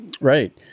Right